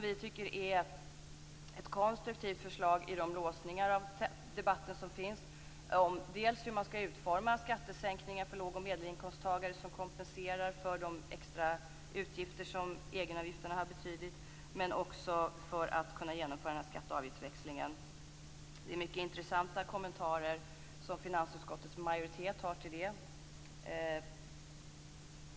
Vi tycker att det är ett konstruktivt förslag med tanke på de låsningar som finns i debatten om utformningen av skattesänkningen för låg och medelinkomsttagare som kompensation för de extra utgifter som egenavgifterna har betytt, men också för att kunna genomföra skatte och avgiftsväxlingen. Det är mycket intressanta kommentarer som finansutskottets majoritet har till detta.